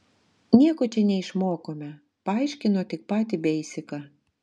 nieko čia neišmokome paaiškino tik patį beisiką